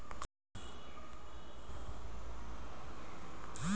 मईन्याप्रमाणं मले कर्ज वापिस करता येईन का?